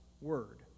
word